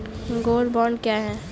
Gold bond क्या है?